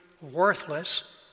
worthless